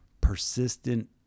persistent